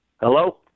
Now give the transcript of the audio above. Hello